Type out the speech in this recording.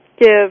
Give